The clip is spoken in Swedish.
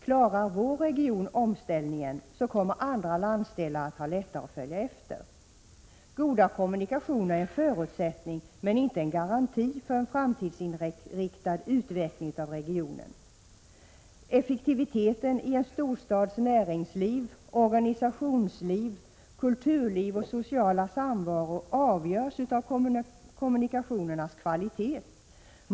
Klarar vår region omställningen, kommer andra landsdelar att ha lättare att följa efter. Goda kommunikationer är en förutsättning, men inte en garanti, för en framtidsinriktad utveckling av regionen. Effektiviteten i en storstads näringsliv, organisationsliv, kulturliv och sociala samvaro avgörs av kommunikationernas kvalitet.